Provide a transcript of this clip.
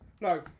no